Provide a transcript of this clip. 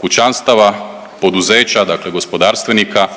kućanstava, poduzeća, dakle gospodarstvenika